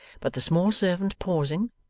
but the small servant pausing,